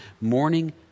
morning